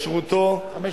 ישרותו ועמידותו.